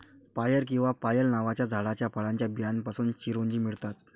पायर किंवा पायल नावाच्या झाडाच्या फळाच्या बियांपासून चिरोंजी मिळतात